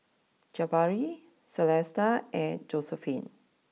Jabari Celesta and Josiephine